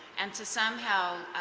and to somehow